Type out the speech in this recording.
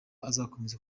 azakomeza